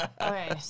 okay